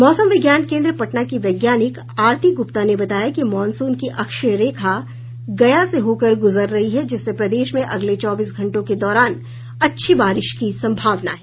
मौसम विज्ञान केन्द्र पटना की वैज्ञानिक आरती गुप्ता ने बताया कि मॉनसून की अक्षीय रेखा गया से होकर गुजर रही है जिससे प्रदेश में अगले चौबीस घंटों के दौरान अच्छी बारिश की संभावना है